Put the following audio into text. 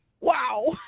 wow